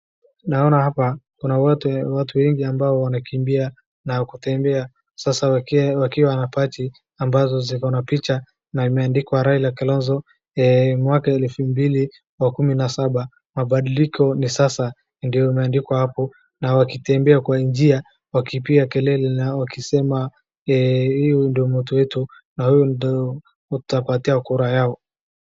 Naona hapa kuna watu wengi ambao wanakimbia na kutembea. Sasa wakiwa na party ambazo zikona picha na imeandikwa Raila, Kalonzo mwaka elfu mbili wa kumi na saba. Mabandiliko ni sasa ndio imeandikwa hapo na wakitembea kwa njia wakipiga kelele na wakisema huyu do mtu yetu na huyu do tutapatia kura yao.